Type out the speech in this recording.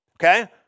Okay